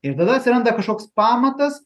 ir tada atsiranda kažkoks pamatas